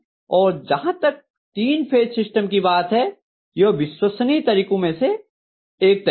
और जहाँ तक तीन फेज सिस्टम की बात है यह विश्वसनीय तरीकों में से एक तरीका है